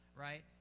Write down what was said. right